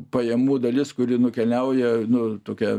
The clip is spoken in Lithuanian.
pajamų dalis kuri nukeliauja nu tokia